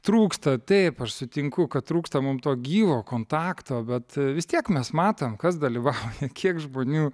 trūksta taip aš sutinku kad trūksta mum to gyvo kontakto bet vis tiek mes matom kas dalyvauja kiek žmonių